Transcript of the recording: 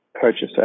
purchaser